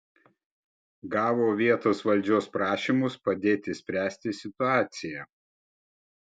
gavo vietos valdžios prašymus padėti spręsti situaciją